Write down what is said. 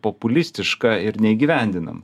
populistiška ir neįgyvendinama